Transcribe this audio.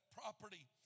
property